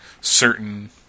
certain